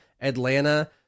Atlanta